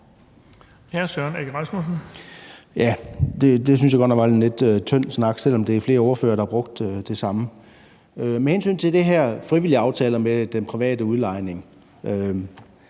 Det synes jeg godt nok var en lidt tynd snak, selv om der er flere ordførere, der har sagt det samme. Med hensyn til det her med de frivillige aftaler med den private udlejning